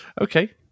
okay